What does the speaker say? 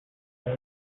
says